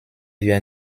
wir